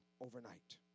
overnight